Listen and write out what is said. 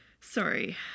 sorry